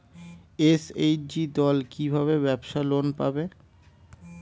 SHG দল কী ভাবে ব্যাবসা লোন পাবে?